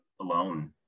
alone